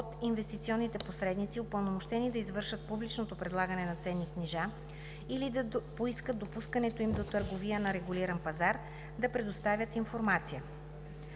от инвестиционните посредници, упълномощени да извършат публичното предлагане на ценни книжа или да поискат допускането им до търговия на регулиран пазар, да предоставят информация;